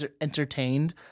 entertained